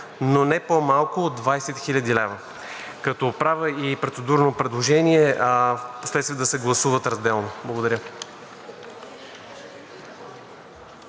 но не по-малко от 20 хил. лв.“ Като правя и процедурно предложение впоследствие да се гласуват разделно. Благодаря.